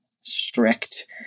strict